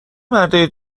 مردای